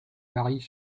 varient